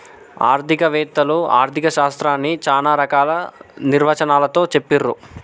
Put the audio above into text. ఆర్థిక వేత్తలు ఆర్ధిక శాస్త్రాన్ని చానా రకాల నిర్వచనాలతో చెప్పిర్రు